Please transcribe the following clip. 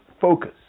focus